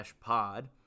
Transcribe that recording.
pod